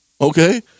okay